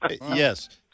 yes